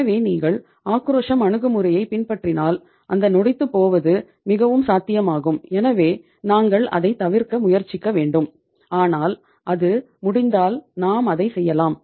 எனவே நீங்கள் ஆக்ரோஷம் அணுகுமுறையைப் பின்பற்றினால் அந்த நொடித்துப்போவது மிகவும் சாத்தியமாகும் எனவே நாங்கள் அதைத் தவிர்க்க முயற்சிக்க வேண்டும் ஆனால் அது முடிந்தால் நாம் அதைச் செய்யலாம்